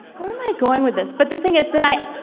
where am i going with this? but the thing is, then i.